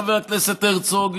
חבר הכנסת הרצוג,